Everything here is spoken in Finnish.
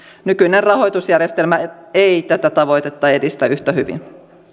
nykyinen rahoitusjärjestelmä ei tätä tavoitetta edistä yhtä hyvin